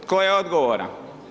Tko je odgovoran?